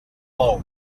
bou